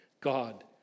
God